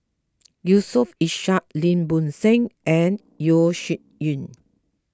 Yusof Ishak Lim Bo Seng and Yeo Shih Yun